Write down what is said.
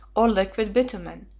or liquid bitumen,